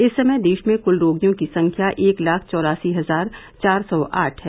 इस समय देश में क्ल रोगियों की संख्या एक लाख चौरासी हजार चार सौ आठ है